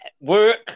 work